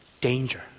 danger